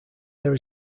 there